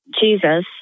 Jesus